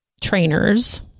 trainers